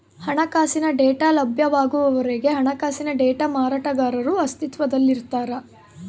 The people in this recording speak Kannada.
ಹಣಕಾಸಿನ ಡೇಟಾ ಲಭ್ಯವಾಗುವವರೆಗೆ ಹಣಕಾಸಿನ ಡೇಟಾ ಮಾರಾಟಗಾರರು ಅಸ್ತಿತ್ವದಲ್ಲಿರ್ತಾರ